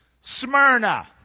Smyrna